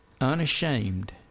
unashamed